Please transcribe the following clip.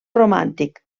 romàntic